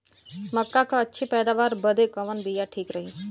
मक्का क अच्छी पैदावार बदे कवन बिया ठीक रही?